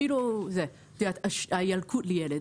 אפילו ילקוט לילד,